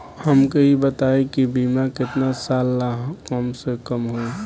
हमके ई बताई कि बीमा केतना साल ला कम से कम होई?